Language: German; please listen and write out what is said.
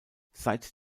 seit